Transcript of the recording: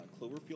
Cloverfield